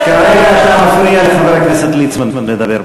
כרגע אתה מפריע לחבר הכנסת ליצמן לדבר.